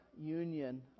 union